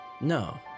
No